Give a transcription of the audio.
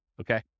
Okay